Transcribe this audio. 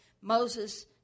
Moses